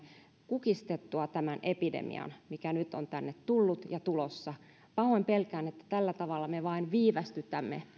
kukistettua tämän epidemian mikä nyt on tänne tullut ja tulossa pahoin pelkään että tällä tavalla me vain viivästytämme